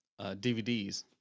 DVDs